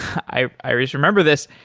i i always remember this,